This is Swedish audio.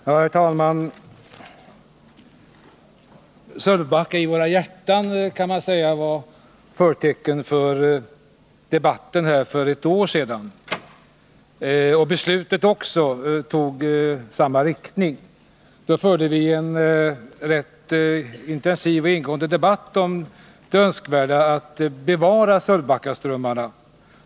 Herr talman! ”Sölvbacka i våra hjärtan” kan man säga var förtecken för debatten här för ett år sedan, och beslutet gick i samma riktning. Då förde vi en rätt intensiv och ingående debatt om det önskvärda i att bevara Sölvbackaströmmarna.